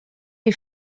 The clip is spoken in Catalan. qui